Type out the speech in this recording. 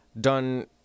done